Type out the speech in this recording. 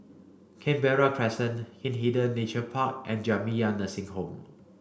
Canberra Crescent Hindhede Nature Park and Jamiyah Nursing Home